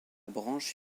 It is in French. branche